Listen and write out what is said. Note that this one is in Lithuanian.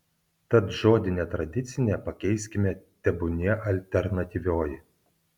tad žodį netradicinė pakeiskime tebūnie alternatyvioji